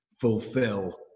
fulfill